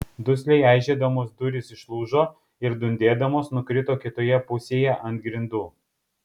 dusliai eižėdamos durys išlūžo ir dundėdamos nukrito kitoje pusėje ant grindų